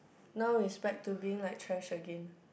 now is back to being like trash again